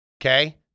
okay